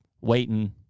waiting